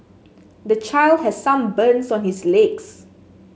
the child has some burns on his legs